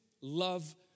love